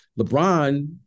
LeBron